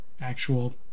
actual